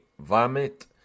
vomit